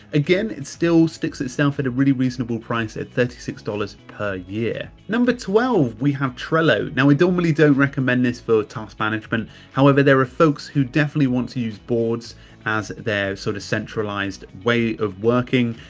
again, it's still sticks itself at a really reasonable price at thirty six dollars per year. number twelve, we have trello. now we don't really don't recommend this for task management. however, there are folks who definitely want to use boards as their sort of centralized way of working.